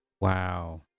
Wow